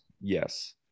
Yes